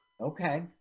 Okay